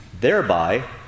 thereby